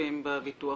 הכספים בביטוח